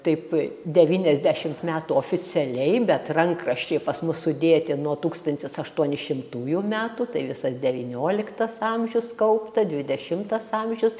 taip devyniasdešimt metų oficialiai bet rankraščiai pas mus sudėti nuo tūkstantis aštuoni šimtųjų metų tai visas devynioliktas amžius kaupta dvidešimtas amžius